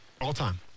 All-time